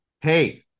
Hey